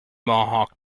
mohawk